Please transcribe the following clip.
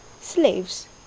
slaves